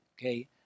okay